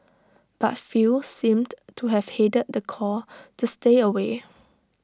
but few seemed to have heeded the call to stay away